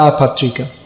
patrika